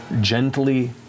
gently